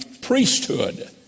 priesthood